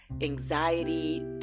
anxiety